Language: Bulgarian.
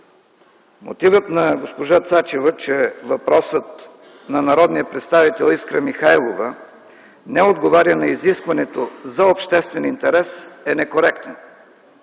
Мотивът на госпожа Цачева, че въпросът на народния представител Искра Михайлова не отговаря на изискването за обществен интерес, е некоректен.